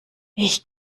ich